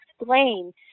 explain